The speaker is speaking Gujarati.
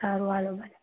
સારું ચાલો ભલે